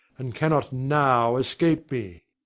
and cannot now escape me.